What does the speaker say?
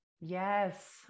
Yes